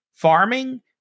Farming